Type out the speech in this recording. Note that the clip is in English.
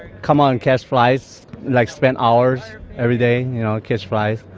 come on. catch flies. like, spent hours every day you know, catch flies.